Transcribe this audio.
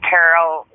Carol